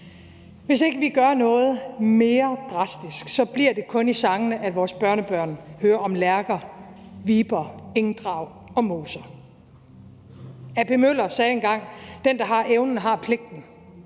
Hvis ikke vi gør noget mere drastisk, bliver det kun i sangene, at vores børnebørn hører om lærker, viber, engdrag og moser. A.P. Møller sagde engang: »Den, der har evnen, har pligten«.